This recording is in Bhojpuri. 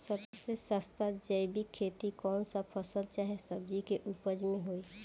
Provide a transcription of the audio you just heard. सबसे सस्ता जैविक खेती कौन सा फसल चाहे सब्जी के उपज मे होई?